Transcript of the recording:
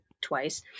twice